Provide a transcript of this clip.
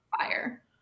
fire